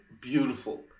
beautiful